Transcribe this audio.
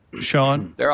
Sean